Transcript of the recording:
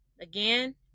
Again